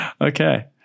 Okay